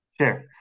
Sure